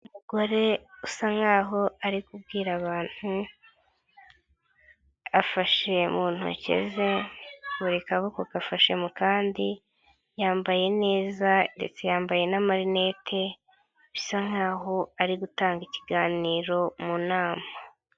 Umugore usa nk'aho ari kubwira abantu, afashe mu ntoki ze buri kaboko kafashe mu kandi, yambaye neza ndetse yambaye n'amarinete, bisa nk'aho ari gutanga ikiganiro mu nama.